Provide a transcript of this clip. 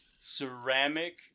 ceramic